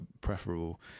preferable